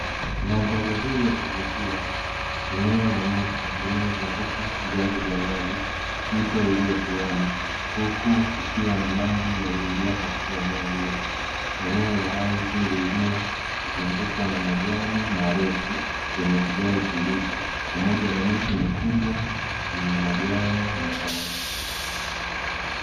Mandhari nzuri ya kuvutia eneo la nyika linalozunguka vyanzo vya maji mto uliotuama, huku kukiwa na maji yaliyojaa katika eneo hilo, eneo la ardhi liliozungukwa na majani marefu yenye kijani kibichi pamoja na miti mikubwa yenye majani mapana.